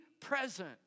present